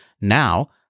Now